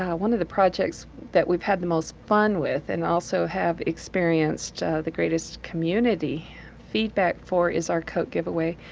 one of the projects that we've had the most fun with, and also have experienced the greatest community feedback for, is our coat giveaway.